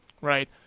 right